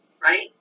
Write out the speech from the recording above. right